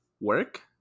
work